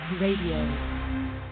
Radio